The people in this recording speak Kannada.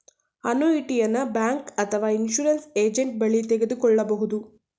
ಅನುಯಿಟಿಯನ ಬ್ಯಾಂಕ್ ಅಥವಾ ಇನ್ಸೂರೆನ್ಸ್ ಏಜೆಂಟ್ ಬಳಿ ತೆಗೆದುಕೊಳ್ಳಬಹುದು